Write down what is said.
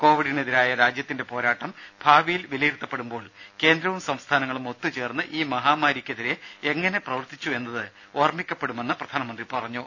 കോവിഡിനെതിരായ രാജ്യത്തിന്റെ പോരാട്ടം ഭാവിയിൽ വിലയിരുത്തപ്പെടുമ്പോൾ കേന്ദ്രവും സംസ്ഥാനങ്ങളും ഒത്തുചേർന്ന് ഈ മഹാമാരിക്കെതിരെ എങ്ങനെ പ്രവർത്തിച്ചു എന്നത് ഓർമ്മിക്കപ്പെടുമെന്ന് പ്രധാനമന്ത്രി പറഞ്ഞു